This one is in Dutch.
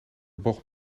bocht